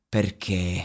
Perché